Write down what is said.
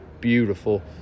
beautiful